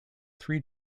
three